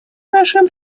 нашим